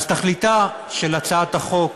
אז תכליתה של הצעת החוק,